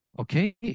Okay